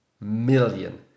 million